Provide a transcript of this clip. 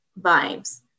vibes